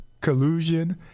collusion